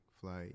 flight